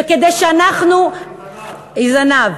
היא זנב.